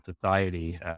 society